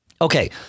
Okay